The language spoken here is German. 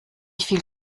viel